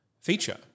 feature